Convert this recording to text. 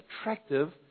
attractive